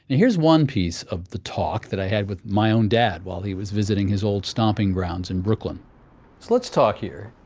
here's one piece of the talk that i had with my own dad while he was visiting his old stomping grounds in brooklyn. so let's talk here.